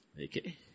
Okay